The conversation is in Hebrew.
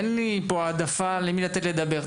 אין לי פה העדפה למי לתת לדבר.